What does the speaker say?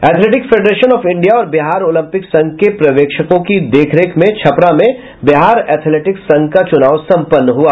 athletics federation of India और Bihar olympic संघ के पर्यवेक्षकों की देखरेख में छपरा में बिहार एथलेटिक्स संघ का चुनाव संपन्न हुआ